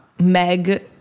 meg